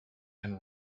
and